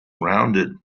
rounded